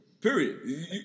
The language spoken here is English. Period